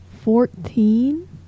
Fourteen